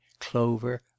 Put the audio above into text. clover